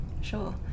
Sure